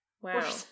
Wow